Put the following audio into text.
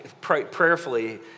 prayerfully